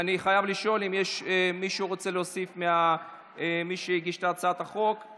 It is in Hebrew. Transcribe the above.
אני חייב לשאול אם מישהו ממי שהגיש את הצעת החוק רוצה להוסיף.